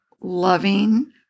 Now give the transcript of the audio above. loving